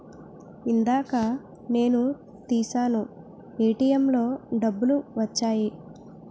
ఇందాక నేను తీశాను ఏటీఎంలో డబ్బులు వచ్చాయి